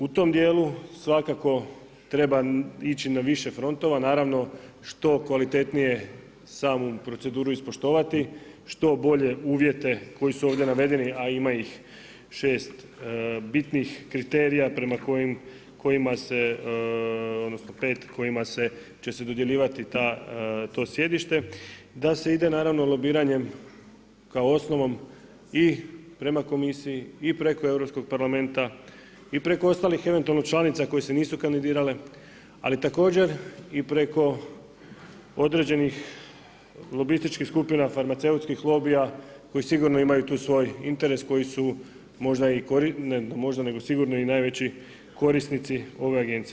U tom dijelu svakako treba ići na više frontova, naravno, što kvalitetnije samu proceduru ispoštovati, što bolje uvijete koji su ovdje navedeni, a ima ih 6 bitnih kriterija, prema kojima se, odnosno 5 kojima se će se dodjeljivati ta, to sjedište, da se ide naravno lobiranje, kao osnovnom i prema komisiji i preko Europskog parlamenta i preko ostalih eventualno članica koje se nisu kandidirale, ali također i preko određenih lobističkih skupina, farmaceutskih lobija, koji sigurno imaju tu svoj interes koji su sigurno i najveći korisnici ove agencije.